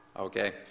Okay